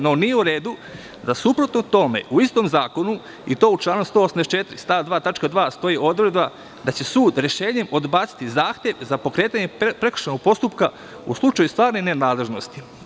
Nije u redu da suprotno tome u istom zakonu i to u članu 184. stav 2. tačka 2) stoji odredba da će sud rešenjem odbaciti zahtev za pokretanje prekršajnog postupka u slučaju stvarne nenadležnosti.